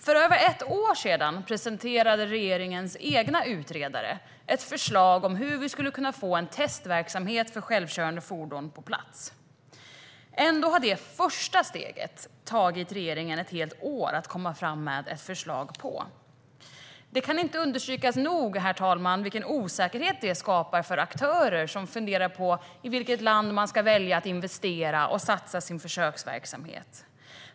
För över ett år sedan presenterade regeringens egen utredare ett förslag om hur vi skulle kunna få en testverksamhet för självkörande fordon på plats. Ändå har det tagit regeringen ett helt år att komma fram med ett förslag om detta första steg. Den kan inte understrykas nog, herr talman, vilken osäkerhet det skapar för aktörer som funderar på i vilket land man ska välja att investera och satsa sin försöksverksamhet.